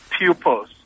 pupils